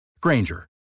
Granger